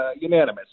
unanimous